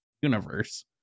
universe